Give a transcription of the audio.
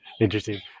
Interesting